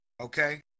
okay